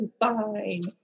fine